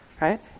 Right